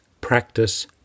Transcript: practice